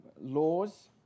laws